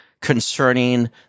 concerning